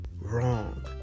wrong